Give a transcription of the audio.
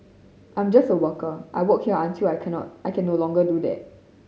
I'm just a worker and work here until I can not I can no longer do that